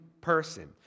person